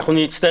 אז אפשר